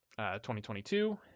2022